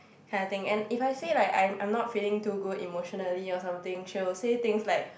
kind of thing and if I say like I'm not feeling too good emotionally or something she will say things like